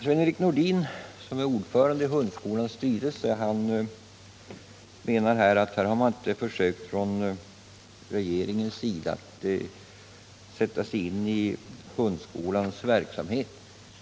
Sven-Erik Nordin, som är ordförande i hundskolans styrelse, menar att regeringen inte försökt att sätta sig in i hundskolans verksamhet.